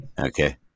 Okay